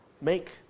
make